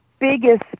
biggest